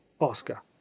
Oscar